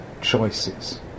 choices